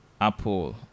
Apple